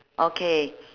okay